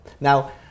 Now